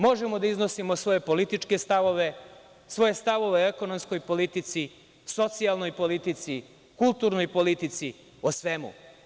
Možemo da iznosimo svoje političke stavove, svoje stavove o ekonomskoj politici, socijalnoj politici, kulturnoj politici, o svemu.